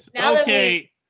Okay